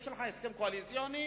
יש לך הסכם קואליציוני?